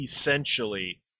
essentially